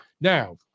Now